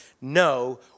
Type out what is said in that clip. No